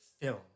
film